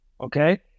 okay